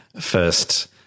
first